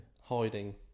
Hiding